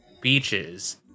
beaches